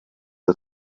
del